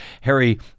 Harry